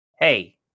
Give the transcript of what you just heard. hey